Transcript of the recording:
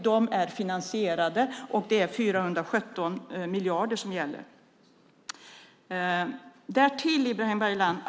De är finansierade. Det är 417 miljarder som gäller. Ibrahim Baylan!